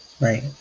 Right